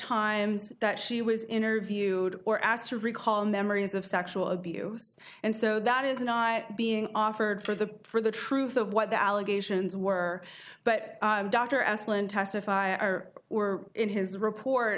times that she was interviewed or asked to recall memories of sexual abuse and so that is not being offered for the for the truth of what the allegations were but dr athlon testify are were in his report